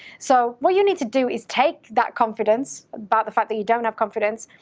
so what you need to do is take that confidence about the fact that you don't have confidence,